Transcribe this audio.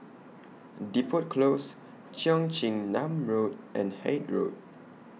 Depot Close Cheong Chin Nam Road and Haig Road